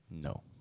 No